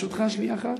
ברשותך, שנייה אחת.